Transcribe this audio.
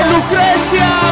Lucrezia